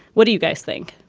what do you guys think?